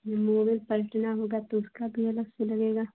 Mobil पलटना होगा तो उसका भी अलग से लगेगा